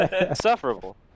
Insufferable